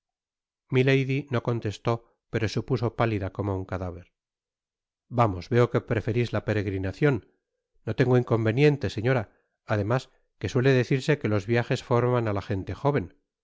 milady no contestó pero se puso pálida como un cadáver vamos veo que preferis la peregrinacion no tengo inconveniente señora además que suele decirse que los viajes forman á la gente jóven